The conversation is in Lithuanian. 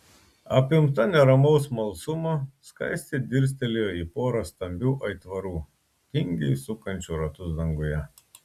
apimta neramaus smalsumo skaistė dirstelėjo į porą stambių aitvarų tingiai sukančių ratus danguje